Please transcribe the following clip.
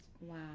Wow